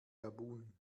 gabun